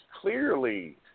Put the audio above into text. clearly